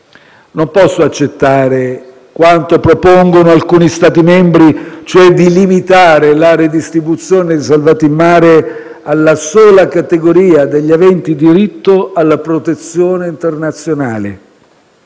Non posso accettare quanto propongono alcuni Stati membri, ossia la limitazione della redistribuzione dei salvati in mare alla sola categoria degli aventi diritto alla protezione internazionale;